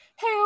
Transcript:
Hey